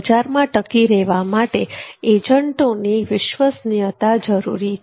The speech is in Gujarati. બજારમાં ટકી રહેવા માટે એજન્ટોની વિશ્વસનીયતા જરૂરી છે